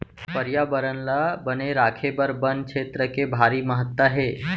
परयाबरन ल बने राखे बर बन छेत्र के भारी महत्ता हे